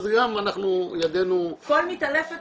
אז גם ידינו --- כל מתעלפת